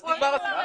אז נגמר הסיפור.